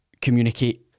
communicate